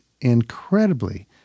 incredibly